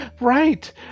Right